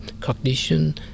cognition